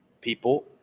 People